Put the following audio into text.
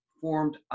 formed